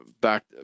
back